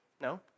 No